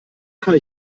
kann